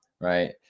Right